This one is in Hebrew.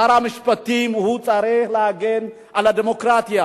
שר המשפטים צריך להגן על הדמוקרטיה.